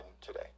today